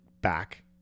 back